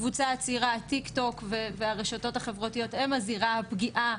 אז אנחנו נראה אצל נשים מבוגרות יותר את כל העניין של אפליקציות מעקב,